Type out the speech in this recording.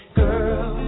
girl